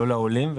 לא לעולים,